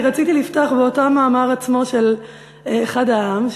רציתי לפתוח באותו מאמר עצמו של אחד העם,